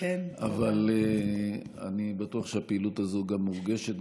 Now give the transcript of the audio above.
אבל אני בטוח שהפעילות הזאת גם מורגשת,